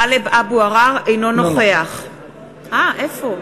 טלב אבו עראר, אינו נוכח אינו נוכח.